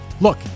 Look